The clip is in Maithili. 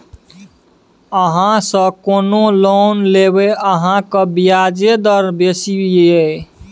अहाँसँ कोना लोन लेब अहाँक ब्याजे दर बेसी यै